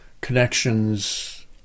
connections